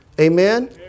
Amen